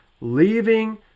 leaving